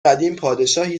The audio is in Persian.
قدیم، پادشاهی